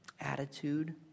attitude